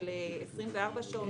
של 24 שעות,